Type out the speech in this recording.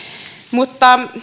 mutta